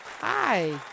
Hi